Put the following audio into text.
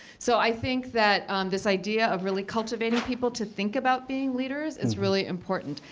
so i think that this idea of really cultivating people to think about being leaders is really important.